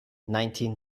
nineteen